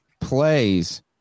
plays